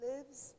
Lives